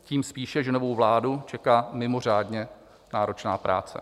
Tím spíše, že novou vládu čeká mimořádně náročná práce.